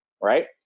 Right